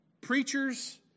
preachers